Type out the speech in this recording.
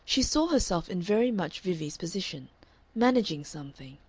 she saw herself in very much vivie's position managing something.